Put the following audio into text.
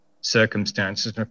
circumstances